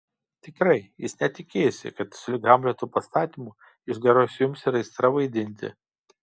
tikrai jis net tikėjosi kad sulig hamleto pastatymu išgaruos jums ir aistra vaidinti